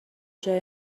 جای